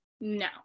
no